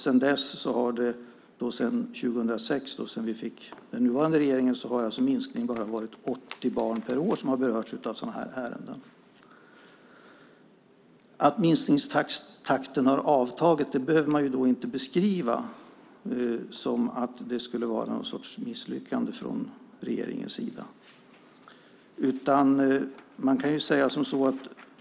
Efter 2006, sedan vi fick den nuvarande regeringen, har minskningen bara varit 80 barn när det gäller barn som har berörts av sådana ärenden. Att minskningstakten har avtagit behöver man inte beskriva som något slags misslyckande från regeringens sida.